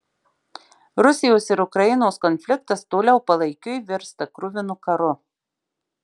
rusijos ir ukrainos konfliktas toliau palaikiui virsta kruvinu karu